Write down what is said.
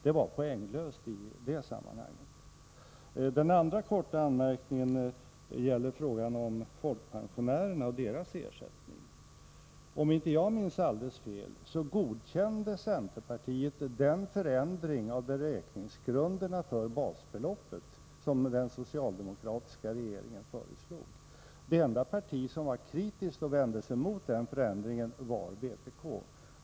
Det var poänglöst i det sammanhanget. Den andra korta anmärkningen gäller frågan om folkpensionärerna och deras ersättning. Om inte jag minns alldeles fel godkände centerpartiet den förändring av beräkningsgrunderna för basbeloppet som den socialdemokratiska regeringen föreslog. Det enda parti som var kritiskt och vände sig mot den förändringen var vpk.